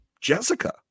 jessica